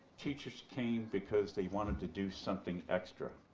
teachers came because they wanted to do something extra,